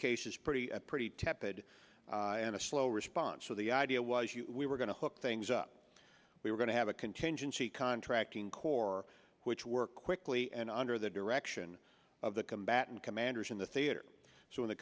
cases pretty pretty tepid and a slow response so the idea was you we were going to hook things up we were going to have a contingency contracting core which worked quickly and under the direction of the combatant commanders in the theater so